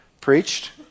preached